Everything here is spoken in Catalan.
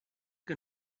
que